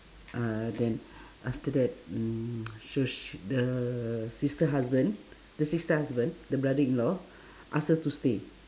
uh then after that mm so sh~ the sister husband the sister husband the brother-in-law ask her to stay